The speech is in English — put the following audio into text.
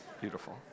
Beautiful